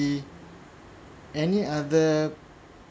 any other